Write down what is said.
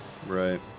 Right